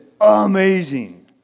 amazing